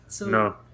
No